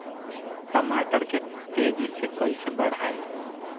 टमाटर के तेजी से कइसे बढ़ाई?